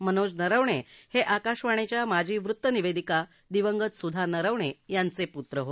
मनोज नरवणे हे आकाशवाणीच्या माजी वृत्तनिवेदिका दिवंगत सूधा नरवणे यांचे पूत्र आहेत